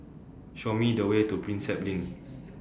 Show Me The Way to Prinsep LINK